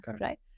right